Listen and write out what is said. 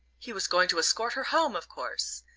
he was going to escort her home, of course!